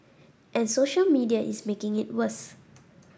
and social media is making it worse